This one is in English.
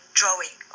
drawing